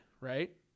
right